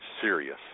serious